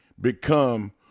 become